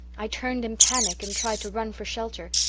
i turned in panic and tried to run for shelter,